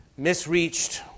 Misreached